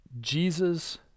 Jesus